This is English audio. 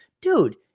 Dude